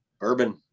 Urban